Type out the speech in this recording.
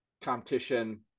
competition